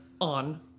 on